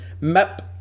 map